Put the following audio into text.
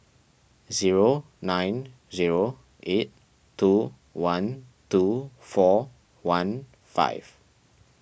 zero nine zero eight two one two four one five